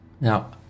Now